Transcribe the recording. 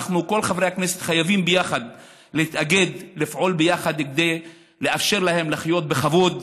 כל חברי הכנסת חייבים יחד להתאגד ולפעול יחד כדי לאפשר להם לחיות בכבוד,